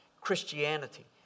Christianity